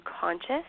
conscious